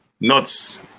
Nuts